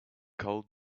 cold